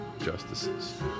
justices